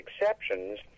exceptions